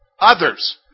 others